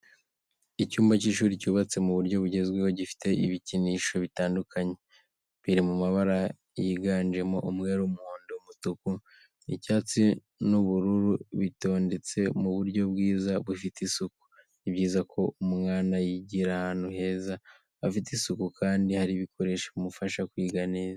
Icyumba cy'ishuri cyubatse mu buryo bugezweho gifite ibikinisho bitandukanye, biri mu mabara yiganjemo umweru, umuhondo, umutuku. icyatsi n'ubururu bitondetse mu buryo bwiza bufite isuku. Ni byiza ko umwana yigira ahantu heza hafite isuku kandi hari ibikoresho bimufasha kwiga neza.